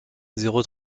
zéro